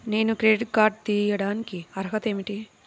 నేను credit card తీయడానికి అర్హత ఏమిటి?